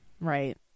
Right